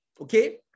okay